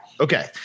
Okay